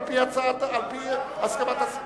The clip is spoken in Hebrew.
על-פי הסכמת,